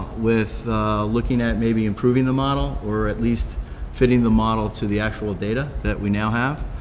with looking at maybe improving the model, or at least fitting the model to the actual data that we now have.